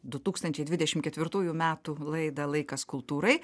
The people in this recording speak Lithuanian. du tūkstančiai dvidešim ketvirtųjų metų laida laikas kultūrai